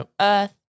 earth